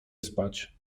spać